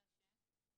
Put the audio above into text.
אלא מה?